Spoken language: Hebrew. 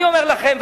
אני אומר לכם,